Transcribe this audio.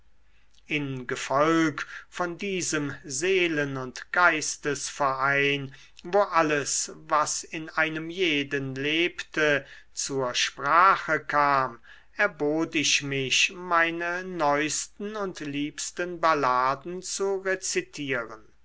in gefolg von diesem seelen und geistesverein wo alles was in einem jeden lebte zur sprache kam erbot ich mich meine neusten und liebsten balladen zu rezitieren